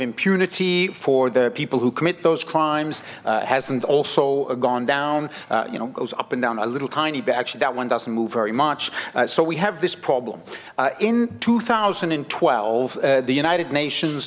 impunity for the people who commit those crimes hasn't also gone down you know goes up and down a little tiny bag that one doesn't move very much so we have this problem in two thousand and twelve the united nations